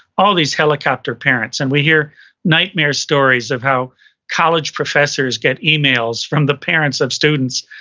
all these helicopter parents, and we hear nightmare stories of how college professors get emails from the parents of students.